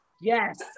Yes